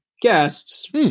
guests